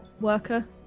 worker